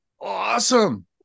awesome